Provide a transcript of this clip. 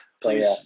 please